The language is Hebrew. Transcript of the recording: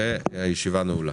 והישיבה נעולה.